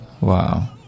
wow